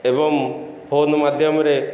ଏବଂ ଫୋନ୍ ମାଧ୍ୟମରେ